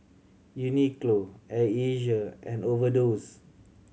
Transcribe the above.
Uniqlo Air Asia and Overdose